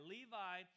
Levi